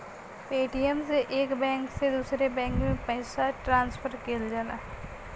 Paytm से एक bank से दूसरे बैंक में पइसा ट्रांसफर किहल जाला